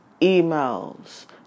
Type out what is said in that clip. emails